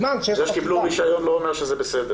זה שקיבלו רישיון לא אומר שזה בסדר.